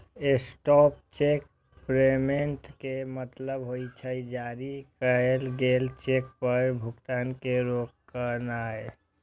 stop check payment के मतलब होइ छै, जारी कैल गेल चेक पर भुगतान के रोकनाय